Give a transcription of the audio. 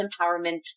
empowerment